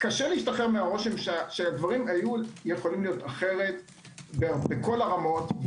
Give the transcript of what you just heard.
הדברים יכלו להיראות אחרת בכל הרמות.